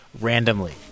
randomly